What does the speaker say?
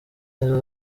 nizo